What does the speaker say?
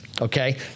Okay